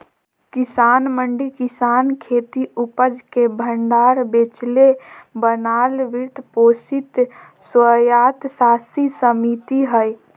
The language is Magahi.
किसान मंडी किसानखेती उपज के भण्डार बेचेले बनाल वित्त पोषित स्वयात्तशासी समिति हइ